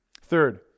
Third